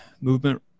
movement